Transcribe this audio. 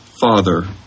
father